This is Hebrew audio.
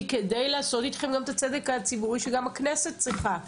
היא כדי לעשות אתכם גם את הצדק הציבורי שגם הכנסת צריכה.